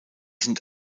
sind